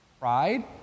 pride